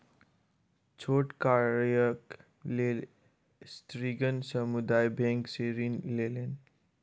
छोट कार्यक लेल स्त्रीगण समुदाय बैंक सॅ ऋण लेलैन